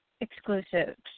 exclusives